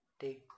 take